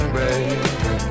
baby